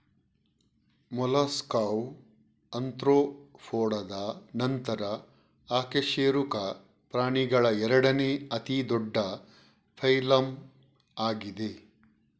ಮೊಲಸ್ಕಾವು ಆರ್ತ್ರೋಪೋಡಾದ ನಂತರ ಅಕಶೇರುಕ ಪ್ರಾಣಿಗಳ ಎರಡನೇ ಅತಿ ದೊಡ್ಡ ಫೈಲಮ್ ಆಗಿದೆ